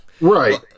Right